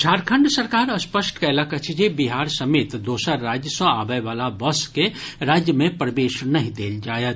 झारखंड सरकार स्पष्ट कयलक अछि जे बिहार समेत दोसर राज्य सँ आबयवला बस के राज्य मे प्रवेश नहि देल जायत